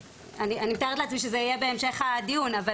אני מתארת לעצמי שזה יהיה בהמשך הדיון אבל